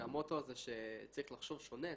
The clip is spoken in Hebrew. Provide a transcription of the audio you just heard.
מהמוטו הזה שצריך לחשוב שונה,